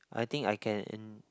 I think I can